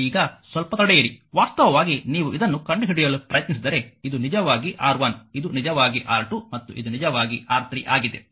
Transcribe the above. ಈಗ ಸ್ವಲ್ಪ ತಡೆಯಿರಿ ವಾಸ್ತವವಾಗಿ ನೀವು ಇದನ್ನು ಕಂಡುಹಿಡಿಯಲು ಪ್ರಯತ್ನಿಸಿದರೆ ಇದು ನಿಜವಾಗಿ R1 ಇದು ನಿಜವಾಗಿ R2 ಮತ್ತು ಇದು ನಿಜವಾಗಿ R3 ಆಗಿದೆ